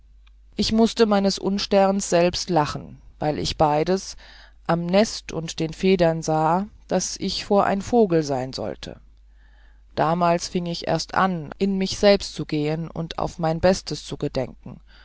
ich mußte meines unsterns selbst lachen weil ich beides am nest und den federn sahe was ich vor ein vogel sein sollte damals fieng ich erst an in mich selbst zu gehen und auf mein bestes zu gedenken